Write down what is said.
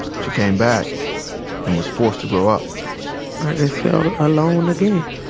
she came back and was forced to grow up just felt alone again.